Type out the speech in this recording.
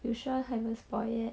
you sure haven't spoil yet